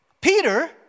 Peter